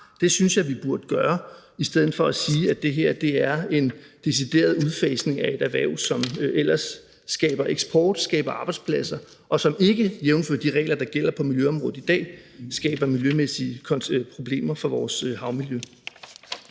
Det synes jeg vi burde gøre i stedet for at måtte sige, at det her er en decideret udfasning af et erhverv, som ellers skaber eksport, skaber arbejdspladser, og som ikke, jævnfør de regler, der gælder på miljøområdet i dag, skaber miljømæssige problemer for vores havmiljø.